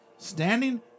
standing